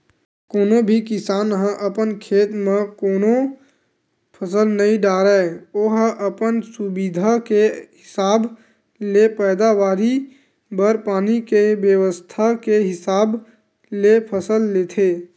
कोनो भी किसान ह अपन खेत म कोनो फसल नइ डारय ओहा अपन सुबिधा के हिसाब ले पैदावारी बर पानी के बेवस्था के हिसाब ले फसल लेथे